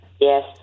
Yes